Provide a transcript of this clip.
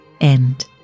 end